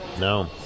No